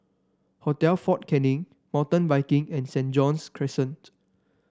Hotel Fort Canning Mountain Biking and Saint John's Crescent